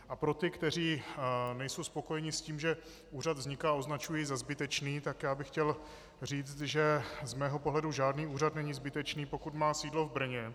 A pro ty, kteří nejsou spokojeni s tím, že úřad vzniká, a označují jej za zbytečný, tak bych chtěl říct, že z mého pohledu žádný úřad není zbytečný, pokud má sídlo v Brně.